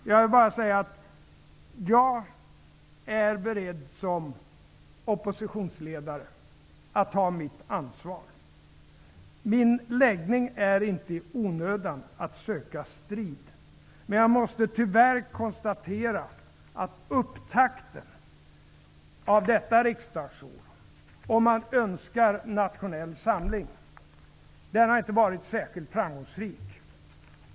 Jag vill bara säga att jag som oppositionsledare är beredd att ta mitt ansvar. Min läggning är inte att i onödan söka strid, men jag måste tyvärr konstatera att upptakten till detta riksdagsår, om man önskar nationell samling, inte har varit särskilt framgångsrik.